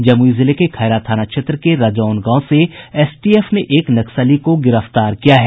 जमुई जिले के खैरा थाना क्षेत्र के रजौन गांव से एसटीएफ ने एक नक्सली को गिरफ्तार किया है